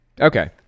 Okay